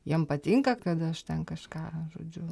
jiem patinka kad aš ten kažką žodžiu